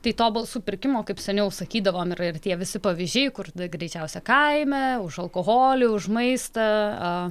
tai to balsų pirkimo kaip seniau sakydavome ir tie visi pavyzdžiai kur greičiausia kaime už alkoholį už maistą